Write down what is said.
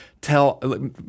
tell